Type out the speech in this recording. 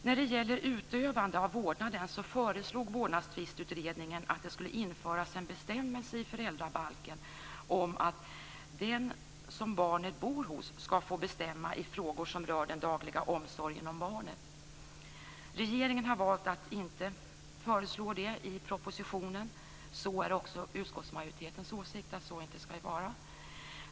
När det gäller utövande av vårdnaden föreslog Vårdnadstvistutredningen att det skulle införas en bestämmelse i föräldrabalken om att den som barnet bor hos skall få bestämma i frågor som rör den dagliga omsorgen om barnet. Regeringen har valt att inte föreslå det i propositionen. Det är även utskottsmajoritetens åsikt att så inte skall ske.